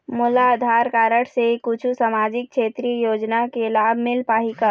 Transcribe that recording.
मोला आधार कारड से कुछू सामाजिक क्षेत्रीय योजना के लाभ मिल पाही का?